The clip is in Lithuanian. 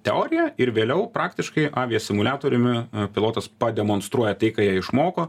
teorija ir vėliau praktiškai aviasimuliatoriumi pilotas pademonstruoja tai ką jie išmoko